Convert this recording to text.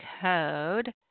code